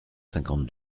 cinquante